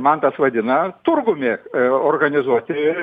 mantas vadina turgumi organizuoti